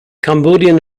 cambodian